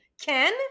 ken